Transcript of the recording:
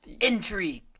Intrigue